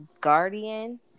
Guardian